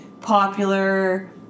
popular